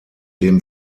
dem